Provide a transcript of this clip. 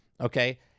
okay